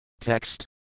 Text